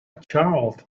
child